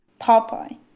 Popeye